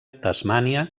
tasmània